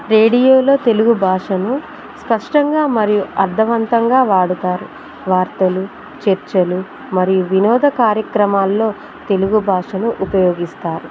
రేడియోలో తెలుగు భాషను స్పష్టంగా మరియు అర్థవంతంగా వాడుతారు వార్తలు చర్చలు మరియు వినోద కార్యక్రమాల్లో తెలుగు భాషను ఉపయోగిస్తారు